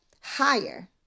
higher